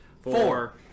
Four